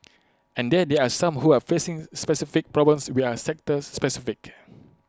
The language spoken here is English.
and then there are some who are facing specific problems we are sector specific